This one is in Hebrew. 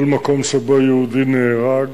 כל מקום שבו יהודי נהרג